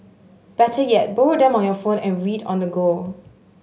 better yet borrow them on your phone and read on the go